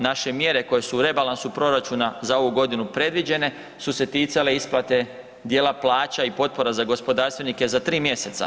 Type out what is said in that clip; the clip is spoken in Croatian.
Naše mjere koje su u rebalansu proračuna za ovu godinu predviđene su se ticale isplate dijela plaća i potpora za gospodarstvenike za 3 mjeseca.